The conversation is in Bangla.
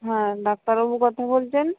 হ্যাঁ ডাক্তারবাবু কথা বলছেন